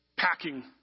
Packing